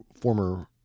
former